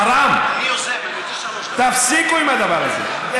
חראם, תפסיקו עם הדבר הזה.